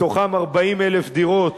מתוכן 40,000 דירות